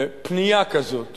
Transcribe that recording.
פנייה כזאת